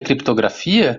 criptografia